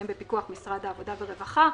שהם בפיקוח משרד העבודה והרווחה,